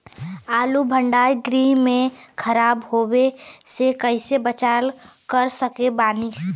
आलू भंडार गृह में खराब होवे से कइसे बचाव कर सकत बानी?